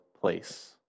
place